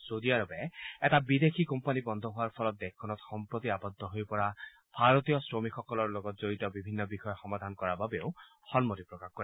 চৌদি আৰবে লগতে এটা বিদেশী কোম্পানী বন্ধ হোৱাৰ ফলত দেশখনত সম্প্ৰতি আবদ্ধ হৈ পৰা ভাৰতীয় শ্ৰমিকসকলৰ লগত জড়িত বিভিন্ন বিষয় সমাধান কৰাৰ বাবেও সন্মতি প্ৰকাশ কৰে